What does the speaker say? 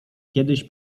kiedyś